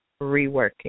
reworking